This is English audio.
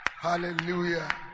Hallelujah